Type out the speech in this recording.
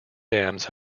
dams